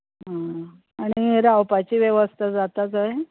आनी रावपाची वेवस्था जाता थंय